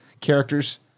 characters